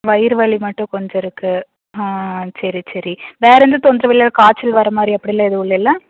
வயிறு வலி மட்டும் கொஞ்சம் இருக்குது ஆ சரி சரி வேறு எந்த தொந்தரவும் இல்லைல்ல காய்ச்சல் வர மாதிரி அப்படிலாம் எதுவும் இல்லைல்ல